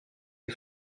les